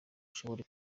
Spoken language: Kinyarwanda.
ushobore